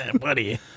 buddy